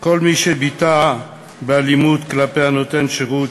כל מי שהתבטא באלימות כלפי נותן שירות,